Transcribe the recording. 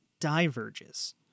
diverges